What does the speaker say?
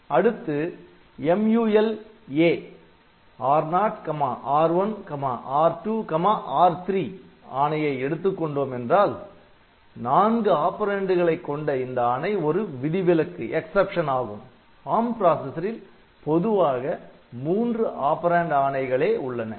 அடுத்து MULA R0R1R2R3 ஆணையை எடுத்துக் கொண்டோம் என்றால் நான்கு ஆப்பரேன்ட்களை கொண்ட இந்த ஆணை ஒரு விதிவிலக்கு ஆகும் ARM பிராசஸரில் பொதுவாக மூன்று ஆப்பரேன்ட் ஆணைகளே உள்ளன